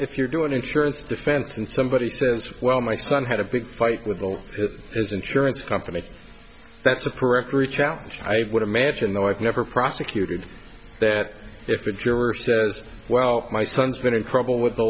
if you're doing insurance defense and somebody says well my son had a big fight with all his insurance company that's a peremptory challenge i would imagine though i've never prosecuted that if a juror says well my son's been in trouble with the